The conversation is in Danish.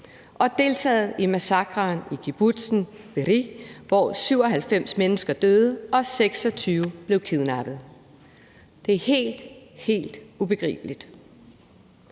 har deltaget i massakren i kibbutzen Be'eri, hvor 97 mennesker døde og 26 blev kidnappet. Det er helt, helt ubegribeligt.